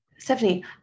Stephanie